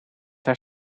haar